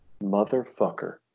Motherfucker